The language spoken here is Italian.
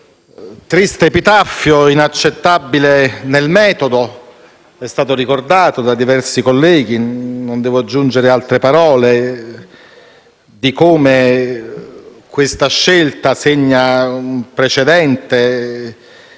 triste epitaffio inaccettabile nel metodo - come è stato ricordato da diversi colleghi - e non devo aggiungere altre parole su come questa scelta segni un precedente